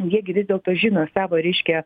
jie gi vis dėlto žino savo reiškia